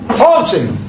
fortune